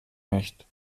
nicht